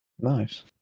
Nice